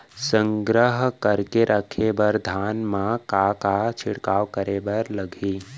संग्रह करके रखे बर धान मा का का छिड़काव करे बर लागही?